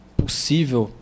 possível